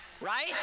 right